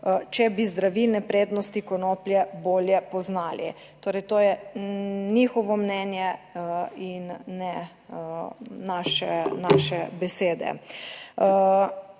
če bi zdravilne prednosti konoplje bolje poznali. Torej to je njihovo mnenje in ne naše besede.